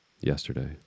yesterday